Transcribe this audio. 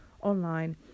online